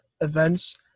events